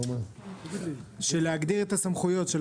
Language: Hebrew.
להגדיר את הסמכויות.